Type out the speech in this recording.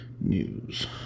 news